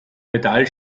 metall